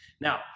Now